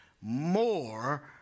more